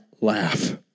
laugh